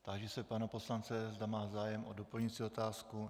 Táži se pana poslance, zda má zájem o doplňující otázku.